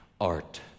art